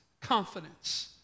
confidence